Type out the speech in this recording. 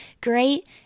great